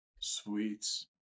sweets